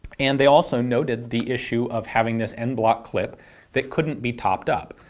and they also noted the issue of having this en bloc clip that couldn't be topped up.